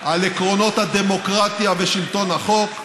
על עקרונות הדמוקרטיה ושלטון החוק,